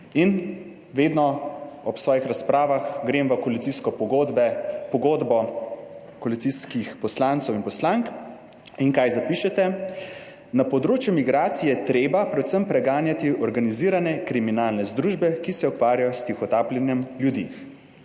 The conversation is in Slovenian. In vedno ob svojih razpravah grem v koalicijske pogodbe, pogodbo koalicijskih poslancev in poslank. In kaj zapišete? "Na področju migracij je treba predvsem preganjati organizirane kriminalne združbe, ki se ukvarjajo s tihotapljenjem ljudi".